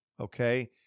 Okay